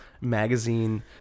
magazine